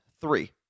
three